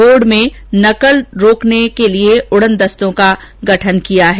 board में नकल रोकने के लिए उड़न दस्तों का गठन किया है